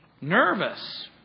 nervous